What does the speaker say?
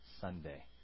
Sunday